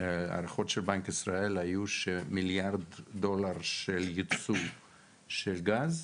ההערכות של בנק ישראל היו שמיליארד דולר של יצוא של גז,